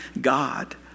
God